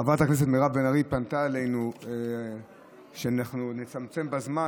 חברת הכנסת מירב בן ארי פנתה אלינו שאנחנו נצמצם בזמן.